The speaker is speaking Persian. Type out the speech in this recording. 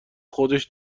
خودش